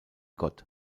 gott